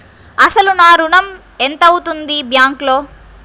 అసలు నా ఋణం ఎంతవుంది బ్యాంక్లో?